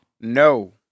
No